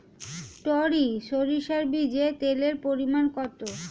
টরি সরিষার বীজে তেলের পরিমাণ কত?